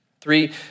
Three